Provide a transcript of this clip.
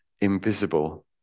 invisible